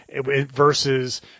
versus